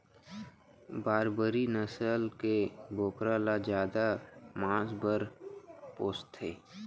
बारबरी नसल के बोकरा ल जादा मांस बर पोसथें